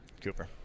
Cooper